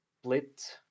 split